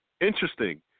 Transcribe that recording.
Interesting